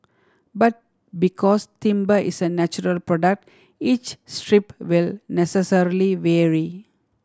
but because timber is a natural product each strip will necessarily vary